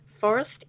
Forest